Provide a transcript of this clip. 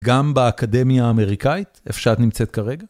גם באקדמיה האמריקאית, איפה שאת נמצאת כרגע?